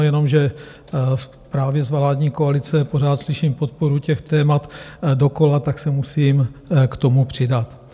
Jenomže právě z vládní koalice pořád slyším podporu těch témat dokola, tak se musím k tomu přidat.